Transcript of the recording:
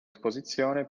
esposizione